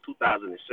2007